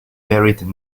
buried